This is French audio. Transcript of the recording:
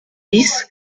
dix